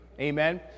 Amen